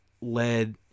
led